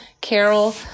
carol